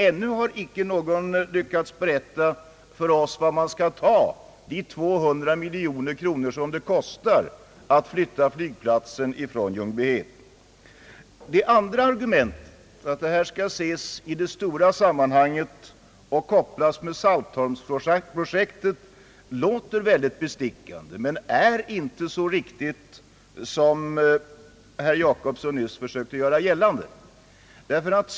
Ännu har ingen lyckats berätta för oss var man skall ta de 200 miljoner kronor som det kostar att flytta flygskolan från Ljungbyhed. Det andra argumentet att flygplatsfrågan skall ses i det stora sammanhanget och kopplas ihop med Saltholmsprojektet låter väldigt bestickande men är inte så korrekt som herr Jacobsson nyss försökte göra gällande.